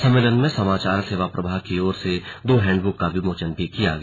सम्मेलन में समाचार सेवा प्रभाग की ओर से दो हैंडबुक का भी विमोचन किया गया